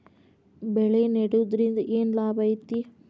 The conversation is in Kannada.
ಬೆಳೆ ನೆಡುದ್ರಿಂದ ಏನ್ ಲಾಭ ಐತಿ?